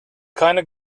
keine